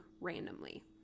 randomly